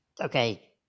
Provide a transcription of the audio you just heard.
okay